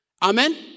Amen